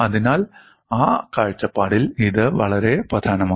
അതിനാൽ ആ കാഴ്ചപ്പാടിൽ ഇത് വളരെ പ്രധാനമാണ്